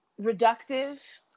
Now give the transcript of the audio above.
reductive